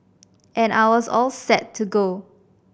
and I was all set to go